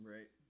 Right